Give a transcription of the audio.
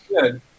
good